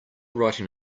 writing